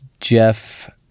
Jeff